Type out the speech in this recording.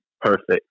perfect